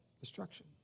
Destruction